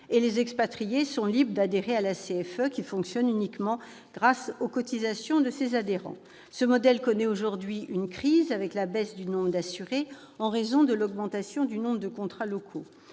Les expatriés sont libres d'adhérer à la CFE, qui fonctionne uniquement grâce aux cotisations de ses adhérents. Ce modèle connaît aujourd'hui une crise du fait de la baisse du nombre d'assurés en raison de l'augmentation du nombre de contrats locaux.